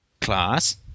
Class